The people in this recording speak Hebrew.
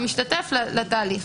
המשתתף לתהליך,